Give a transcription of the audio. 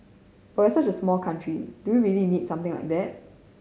but we're such a small country do we really need something like that